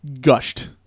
gushed